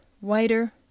whiter